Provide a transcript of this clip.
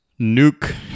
nuke